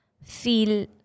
feel